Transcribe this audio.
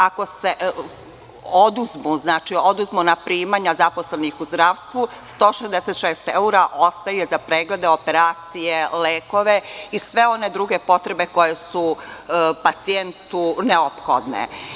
Ako se oduzmu primanja zaposlenih u zdravstvu, 166 evra ostaje za preglede, operacije, lekove i sve one druge potrebekoje su pacijentu neophodne.